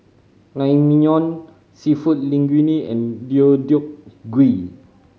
Naengmyeon Seafood Linguine and Deodeok Gui